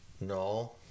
No